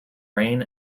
reign